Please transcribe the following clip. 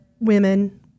women